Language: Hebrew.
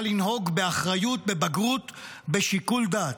צריכה לנהוג באחריות, בבגרות ובשיקול דעת.